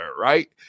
Right